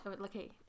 okay